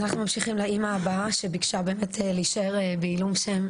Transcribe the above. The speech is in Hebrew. אז אנחנו ממשיכים לאימא הבאה שביקשה להישאר בעילום שם.